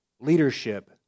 leadership